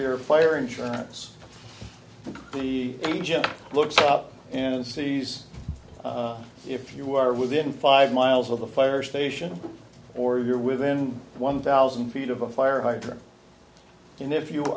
your fire insurance he looks up and sees if you are within five miles of the fire station or you're within one thousand feet of a fire hydrant and if you